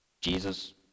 Jesus